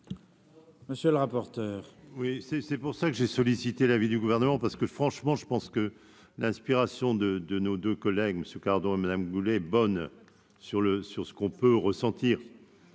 monsieur le rapporteur,